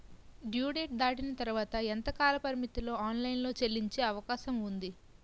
Due date దాటిన తర్వాత ఎంత కాలపరిమితిలో ఆన్ లైన్ లో చెల్లించే అవకాశం వుంది?